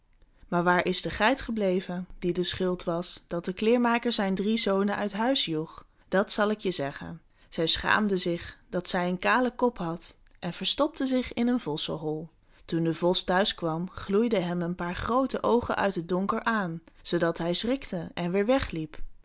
maar waar is de geit gebleven die de schuld was dat de kleermaker zijn drie zonen uit zijn huis joeg dat zal ik je zeggen zij schaamde zich dat zij een kalen kop had en verstopte zich in een vossenhol toen de vos thuis kwam gloeiden hem een paar groote oogen uit het donker aan zoodat hij schrikte en weêr wegliep